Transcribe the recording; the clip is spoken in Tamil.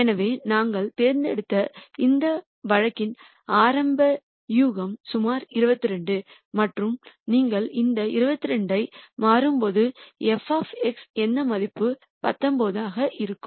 எனவே நாங்கள் தேர்ந்தெடுத்த இந்த வழக்கின் ஆரம்ப யூகம் சுமார் 2 2 மற்றும் நீங்கள் இந்த 2 2 ஐ மாற்றும்போது f எந்த மதிப்பும் 19 ஆகும்